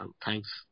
thanks